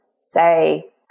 say